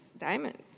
diamonds